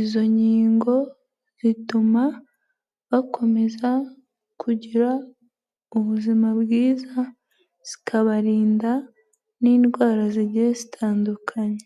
izo nkingo zituma bakomeza kugira ubuzima bwiza zikabarinda n'indwara zigiye zitandukanye.